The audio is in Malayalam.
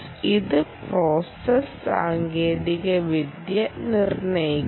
ഇത് പ്രോസസ്സ് സാങ്കേതികവിദ്യ നിർണ്ണയിക്കും